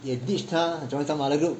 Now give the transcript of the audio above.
也 ditch 她 join some other group